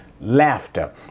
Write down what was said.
laughter